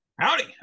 Howdy